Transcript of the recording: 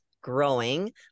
growing